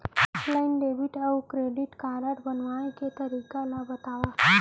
Offline debit अऊ credit card बनवाए के तरीका ल बतावव?